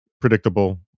predictable